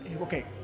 okay